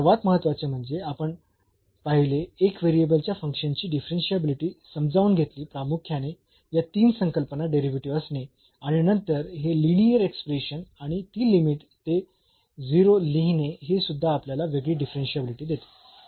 आणि सर्वात महत्त्वाचे म्हणजे आपण पाहिले एक व्हेरिएबल च्या फंक्शन ची डिफरन्शियाबिलिटी समजावून घेतली प्रामुख्याने या तीन संकल्पना डेरिव्हेटिव्ह असणे आणि नंतर हे लिनीअर एक्सप्रेशन आणि ती लिमिट ते 0 लिहिणे हे सुद्धा आपल्याला वेगळी डिफरन्शियाबिलिटी देते